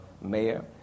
mayor